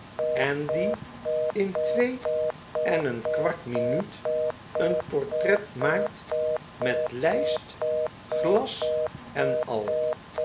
en die in twee en een kwart minuut een portret maakt met iijst glas en al